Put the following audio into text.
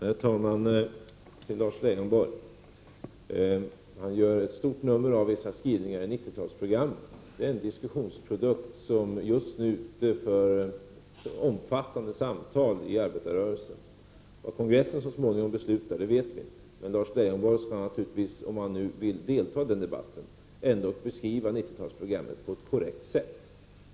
Herr talman! Lars Leijonborg gör ett stort nummer av vissa skrivningar i 90-talsprogrammet. Det är en diskussionsprodukt som just nu är utskickad för omfattande samtal i arbetarrörelsen. Vad kongressen så småningom beslutar vet vi inte. Men Lars Leijonborg skall, om han vill delta i den debatten, ändå beskriva 90-talsprogrammet på ett korrekt sätt.